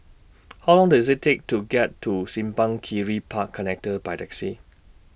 How Long Does IT Take to get to Simpang Kiri Park Connector By Taxi